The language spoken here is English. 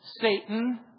Satan